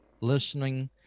listening